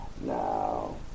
Now